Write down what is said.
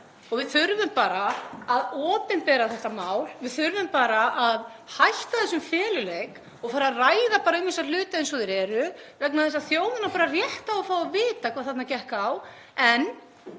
Við þurfum bara að opinbera þetta mál. Við þurfum að hætta þessum feluleik og fara að ræða um þessa hluti eins og þeir eru vegna þess að þjóðin á rétt á að fá að vita hvað þarna gekk á.